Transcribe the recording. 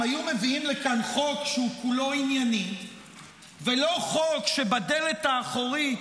אם היו מביאים לכאן חוק שהוא כולו ענייני ולא חוק שבדלת האחורית